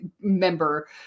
member